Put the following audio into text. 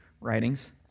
writings